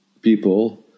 people